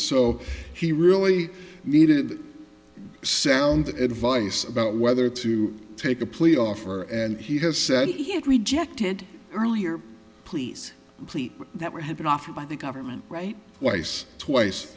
so he really needed sound advice about whether to take a plea offer and he has said he had rejected earlier please please that would have been offered by the government right twice twice